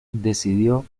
decidió